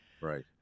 Right